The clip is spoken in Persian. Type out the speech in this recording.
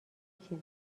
چیزی